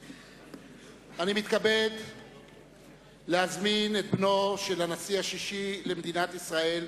(חותם על ההצהרה) אני מתכבד להזמין את בנו של הנשיא השישי למדינת ישראל,